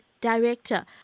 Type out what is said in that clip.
director